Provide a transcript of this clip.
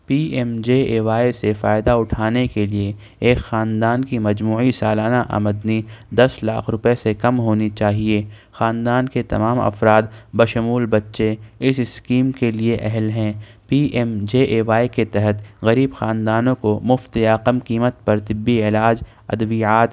P M J A Y سے فایدہ اٹھانے کے لیے ایک خاندان کی مجموعی سالانہ آمدنی دس لاکھ روپیے سے کم ہونی چاہیے خاندان کے تمام افراد بشمول بچے اس اسکیم کے لیےاہل ہیں P M J A Y کے تحت غریب خاندانوں کو مفت یا کم قیمت پر طبی علاج ادویات